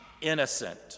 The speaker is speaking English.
innocent